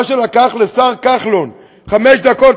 מה שלקח לשר כחלון חמש דקות,